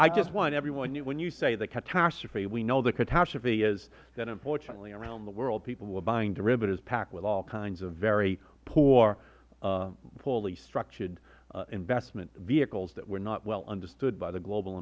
i just want everyone when you say the catastrophe we know the catastrophe is that unfortunately around the world people were buying derivatives packed with all kinds of very poorly structured investment vehicles that were not well understood by the global